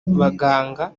baganga